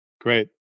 Great